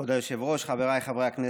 כבוד היושב-ראש, חבריי חברי הכנסת,